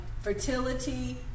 fertility